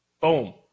Boom